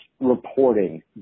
reporting